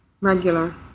regular